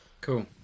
Cool